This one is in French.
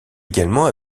également